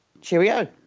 Cheerio